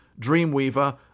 Dreamweaver